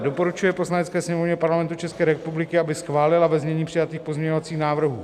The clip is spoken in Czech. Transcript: I. doporučuje Poslanecké sněmovně Parlamentu ČR, aby schválila ve znění přijatých pozměňovacích návrhů: